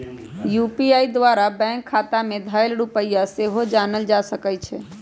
UPI द्वारा bank खता में धएल रुपइया सेहो जानल जा सकइ छै